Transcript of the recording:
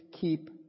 keep